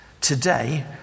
Today